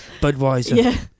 Budweiser